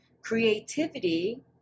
creativity